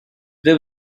they